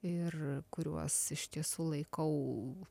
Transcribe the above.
ir kuriuos iš tiesų laikau